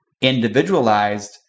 individualized